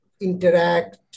interact